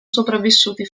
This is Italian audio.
sopravvissuti